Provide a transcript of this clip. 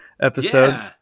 episode